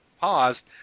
paused